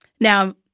Now